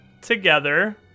together